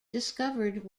discovered